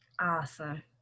awesome